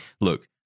look